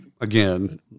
again